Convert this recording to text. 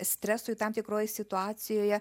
stresui tam tikroj situacijoje